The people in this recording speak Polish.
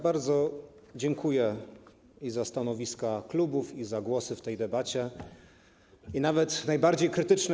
Bardzo dziękuję i za stanowiska klubów, i za głosy w tej debacie, nawet najbardziej krytyczne.